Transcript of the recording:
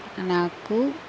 నాకు